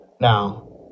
now